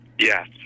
Yes